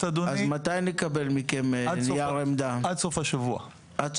מיכאל מרדכי ביטון (יו"ר ועדת הכלכלה): מתי נקבל מכם נייר עמדה?